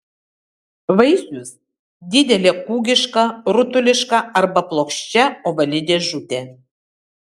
vaisius didelė kūgiška rutuliška arba plokščia ovali dėžutė